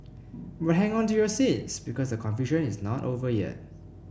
but hang on to your seats because a confusion is not over yet